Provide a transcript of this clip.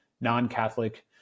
non-catholic